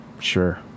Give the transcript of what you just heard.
sure